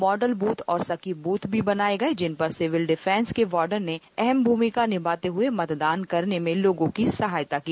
model booth और Sakhi booth भी बनाएं जिन पर सिविल डिफेंस के वार्डन ने अहम भूमिका निभाते हुए मतदान करने में लोगों की सहायता की